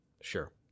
Sure